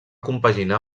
compaginar